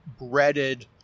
breaded